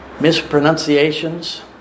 mispronunciations